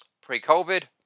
pre-COVID